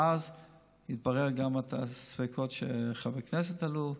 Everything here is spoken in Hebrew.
ואז יתבררו גם הספקות שחברי הכנסת העלו,